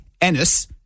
Ennis